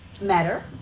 matter